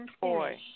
boy